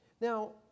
Now